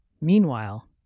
Meanwhile